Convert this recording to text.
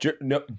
no